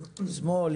שמאל,